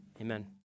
amen